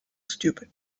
stupid